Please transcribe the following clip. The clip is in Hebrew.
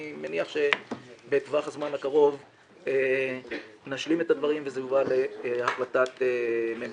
אני מניח שבטווח הזמן הקרוב נשלים את הדברים וזה יובא להחלטת ממשלה.